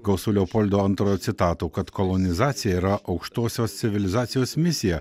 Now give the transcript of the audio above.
gausu leopoldo antrojo citatų kad kolonizacija yra aukštosios civilizacijos misija